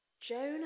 Jonah